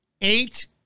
eight